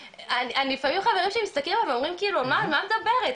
לפעמים חברים שלי מסתכלים ואומרים על מה את מדברת,